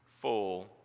full